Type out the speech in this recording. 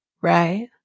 right